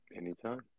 Anytime